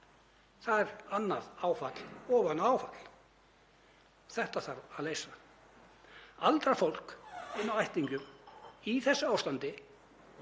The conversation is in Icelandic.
Það er annað áfall ofan á áfall. Þetta þarf að leysa. Aldrað fólk inni á ættingjum í þessu ástandi